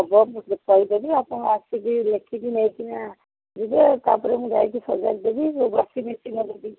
ହବ ମୁଁ କହିଦେବି ଆପଣ ଆସିକି ଲେଖିକି ନେଇକିନା ଯିବେ ତା'ପରେ ମୁଁ ଯାଇକି ସଜାଡ଼ି ଦେବି ୱାଶିଂ ମେସିନ୍ଟା ଦେବି